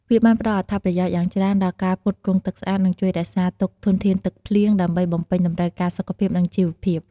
វាបានផ្តល់អត្ថប្រយោជន៍យ៉ាងច្រើនដល់ការផ្គត់ផ្គង់ទឹកស្អាត និងជួយរក្សាទុកធនធានទឹកភ្លៀង ដើម្បីបំពេញតម្រូវការសុខភាព និងជីវភាព។